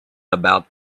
about